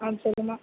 ஆ சொல்லும்மா